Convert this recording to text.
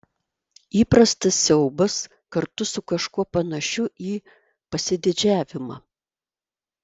įprastas siaubas kartu su kažkuo panašiu į pasididžiavimą